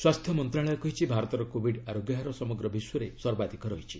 ସ୍ୱାସ୍ଥ୍ୟ ମନ୍ତ୍ରଣାଳୟ କହିଛି ଭାରତର କୋବିଡ୍ ଆରୋଗ୍ୟହାର ସମଗ୍ ବିଶ୍ୱରେ ସର୍ବାଧିକ ରହିଛି